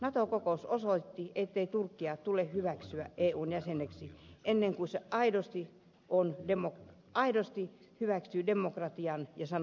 nato kokous osoitti ettei turkkia tule hyväksyä eun jäseneksi ennen kuin se aidosti hyväksyy demokratian ja sananvapauden